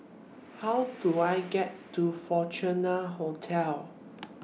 How Do I get to Fortuna Hotel